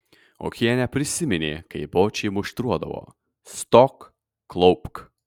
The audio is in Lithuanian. okienė prisiminė kaip bočį muštruodavo stok klaupk